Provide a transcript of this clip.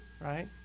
right